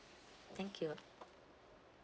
thank you